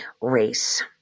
race